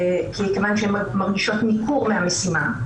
כיוון שהן מרגישות ניכור כלפי המשימה.